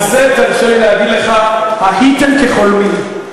על זה תרשה לי להגיד לך: הייתם כחולמים.